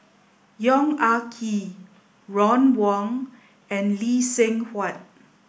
Yong Ah Kee Ron Wong and Lee Seng Huat